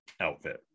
outfit